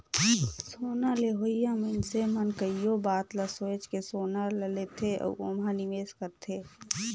सोना लेहोइया मइनसे मन कइयो बात ल सोंएच के सोना ल लेथे अउ ओम्हां निवेस करथे